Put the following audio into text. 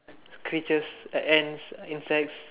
creatures a~ ants insects